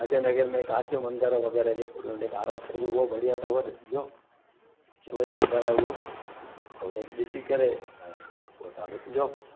अजय नगर में काशी मंदर वगै़राह जेको उनजो काल रात्रि में उहो बढ़िया अथव ॾिसजो शिव जो मंदर आहे उहो ऐं उनखे ॾिसी करे ऐं पोइ तव्हां ॾिसजो